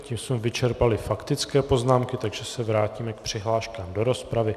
A tím jsme vyčerpali faktické poznámky, takže se vrátíme k přihláškám do rozpravy.